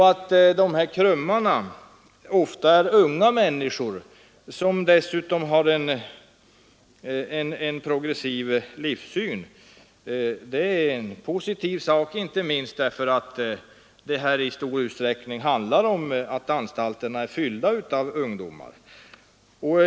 Att KRUM-arna ofta är unga människor, som dessutom har en progressiv livssyn, är positivt inte minst därför att de intagna på anstalterna i mycket stor utsträckning är ungdomar.